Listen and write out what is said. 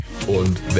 Und